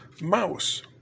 mouse